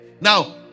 Now